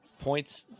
points